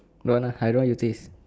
don't want lah I know your taste